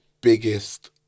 biggest